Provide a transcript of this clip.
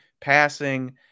passing